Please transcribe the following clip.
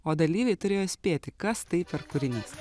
o dalyviai turėjo spėti kas tai per kūrinys